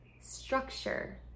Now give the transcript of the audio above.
structure